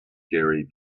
gary